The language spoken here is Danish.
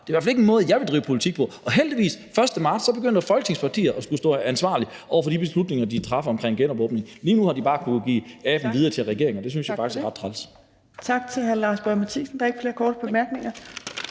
Det er i hvert fald ikke en måde, jeg ville drive politik på. Og heldigvis begynder Folketingets partier den 1. marts at skulle stå til ansvar over for de beslutninger, de traf omkring genåbningen. Lige nu har de bare kunnet give aben videre til regeringen, og det synes jeg faktisk er ret træls. Kl. 14:42 Fjerde næstformand (Trine Torp): Tak til hr. Lars Boje Mathiesen. Der er ikke flere korte bemærkninger,